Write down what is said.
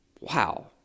Wow